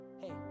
hey